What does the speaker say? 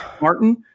Martin